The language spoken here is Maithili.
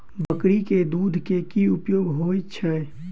बकरी केँ दुध केँ की उपयोग होइ छै?